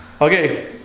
Okay